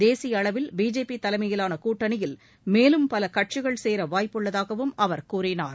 தேசிய அளவில் பிஜேபி தலைமையிலான கூட்டணியில் மேலும் பல கட்சிகள் சேர வாய்ப்புள்ளதாகவும் அவர் கூறினார்